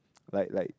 like like